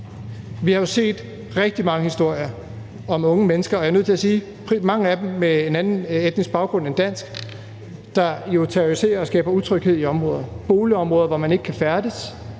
Vi har jo set rigtig mange historier om unge mennesker – og jeg er nødt til at sige: mange af dem med en anden etnisk baggrund end dansk – der terroriserer og skaber utryghed i områder, boligområder, hvor man ikke kan færdes.